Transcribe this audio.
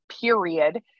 period